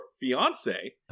fiance